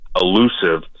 elusive